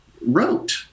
wrote